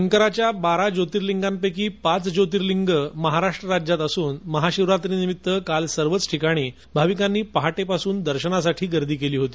शंकराच्या बारा ज्योतिर्लिंगांपैकी पाच ज्योतिर्लिंग राज्यात असून महाशिवरात्री निमित्त काल सर्वच ठिकाणी भाविकांनी पहाटेपासूनच गर्दी केली होती